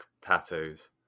tattoos